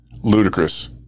ludicrous